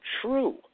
true